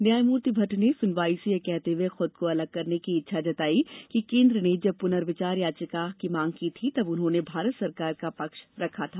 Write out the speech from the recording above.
न्यायमूर्ति भट ने सुनवाई से यह कहते हुए खुद को अलग करने की इच्छा जतायी कि केंद्र ने जब पुनर्विचार याचिका की मांग की थी तब उन्होंने भारत सरकार का पक्ष रखा था